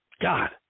God